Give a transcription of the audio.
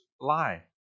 lie